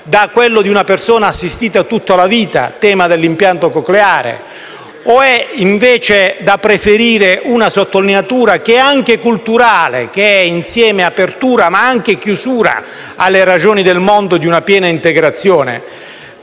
da quella di una persona assistita tutta la vita (tema dell'impianto cocleare) o è invece da preferire una sottolineatura che è anche culturale, che è insieme apertura ma anche chiusura alle ragioni del mondo di una piena integrazione?